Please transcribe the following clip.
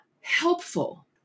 helpful